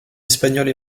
espagnols